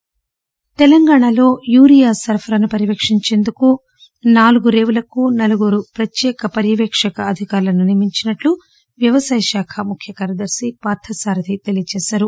urea తెలంగాణలో urea సరఫరాను పర్యవేక్షించేందుకు నాలుగు రేవులకు నలుగురు ప్రత్యేక పర్యాపేక్షక అధికారులను నియమించినట్లు వ్యవసాయ శాఖ ముఖ్య కార్యదర్శి పార్థసారధి తెలిపారు